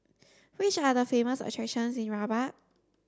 which are the famous attractions in Rabat